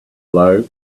low